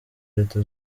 leta